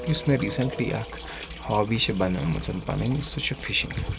یُس مےٚ ریٖسنٹلی اکھ ہابی چھِ بَنٲومٕژَن پَنٕنۍ سُہ چھُ فِشِنٛگ